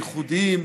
הייחודיים,